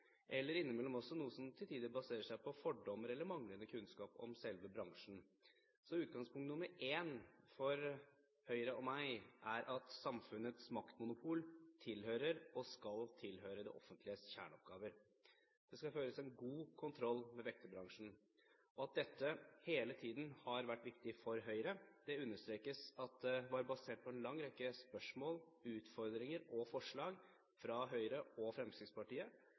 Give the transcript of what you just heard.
eller innimellom også noe som til tider baserer seg på fordommer eller manglende kunnskap om selve bransjen. Utgangspunkt nr. 1 for Høyre og meg er at samfunnets maktmonopol tilhører og skal tilhøre det offentliges kjerneoppgaver. Det skal føres en god kontroll med vekterbransjen. At dette hele tiden har vært viktig for Høyre, understrekes ved en lang rekke spørsmål, utfordringer og forslag fra høyre og Fremskrittspartiet